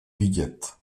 vidět